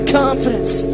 confidence